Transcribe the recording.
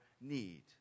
need